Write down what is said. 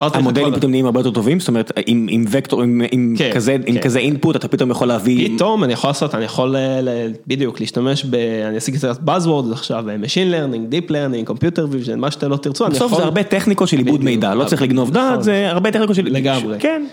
המודלים פתאום נהיים הרבה יותר טובים, זאת אומרת עם וקטור, עם כזה אינפוט אתה פתאום יכול להביא. פתאום, אני יכול לעשות, אני יכול בדיוק להשתמש ב... אני אשיג את הבאזוורד, זה עכשיו משין לרנינג, דיפ לרנינג, קומפיוטר וויז'ן, מה שאתם לא תרצו, אני יכול... בסוף זה הרבה טכניקות של עיבוד מידע, לא צריך לגנוב דעת, זה הרבה טכניקות של... לגמרי. כן.